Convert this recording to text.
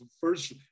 first